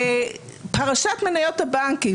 פרשת מניות הבנקים,